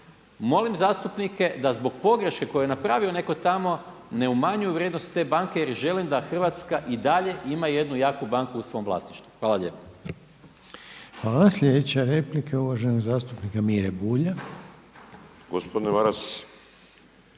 molim zastupnike da zbog pogreške koju je napravio netko tamo ne umanjuju vrijednost te banke, jer želim da Hrvatska i dalje ima jednu jaku banku u svom vlasništvu. Hvala lijepo. **Reiner, Željko (HDZ)** Hvala. Sljedeća replika je uvaženog zastupnika Mire Bulja. **Bulj, Miro